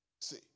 See